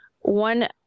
One